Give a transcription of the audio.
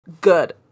good